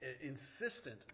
insistent